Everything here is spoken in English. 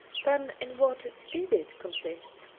then in what did it consist?